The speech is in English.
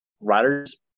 riders